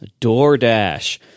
DoorDash